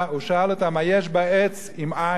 הוא שאל אותם האם יש בה עץ אם אין.